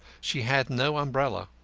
she had no umbrella.